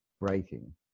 breaking